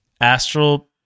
astral